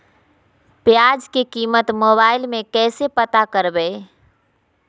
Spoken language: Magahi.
प्याज की कीमत मोबाइल में कैसे पता करबै?